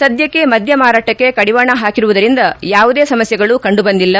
ಸದ್ದಕ್ಷೆ ಮದ್ದ ಮಾರಾಟಕ್ಕೆ ಕಡಿವಾಣ ಪಾಕಿರುವುದರಿಂದ ಯಾವುದೇ ಸಮಸ್ತೆಗಳು ಕಂಡುಬಂದಿಲ್ಲ